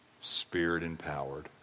spirit-empowered